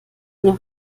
noch